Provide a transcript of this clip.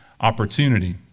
opportunity